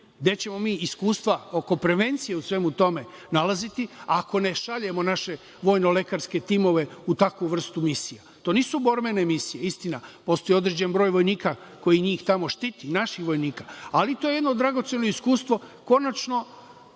Gde ćemo mi iskustva oko prevencije o svemu tome nalaziti, ako ne šaljemo naše vojno-lekarske timove u takvu vrstu misija? To nisu borbene misije, istina. Postoje određen broj vojnika koji njih tamo štiti, naših vojnika, ali to je jedno dragoceno iskustvo. Konačno